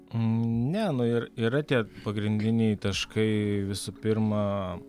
ne nu ir yra tie pagrindiniai taškai visų pirma